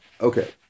okay